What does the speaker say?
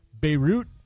Beirut